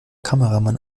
kameramann